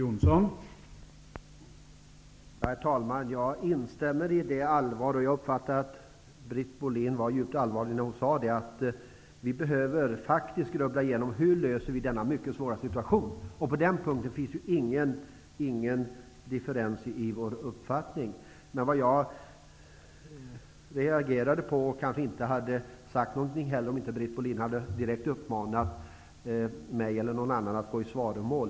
Herr talman! Jag uppfattade att Britt Bohlin var djupt allvarlig när hon sade att vi behöver grubbla igenom hur vi löser denna mycket svåra situation. Jag instämmer i detta. På den punkten finns ingen differens i våra uppfattningar. Jag hade kanske inte sagt något om inte Britt Bohlin direkt hade uppmanat mig eller någon annan att gå i svaromål.